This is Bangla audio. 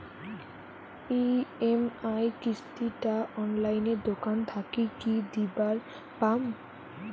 ই.এম.আই কিস্তি টা অনলাইনে দোকান থাকি কি দিবার পাম?